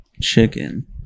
Chicken